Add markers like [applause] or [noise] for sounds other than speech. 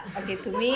[laughs]